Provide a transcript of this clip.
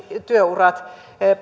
työurat